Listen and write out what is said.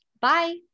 Bye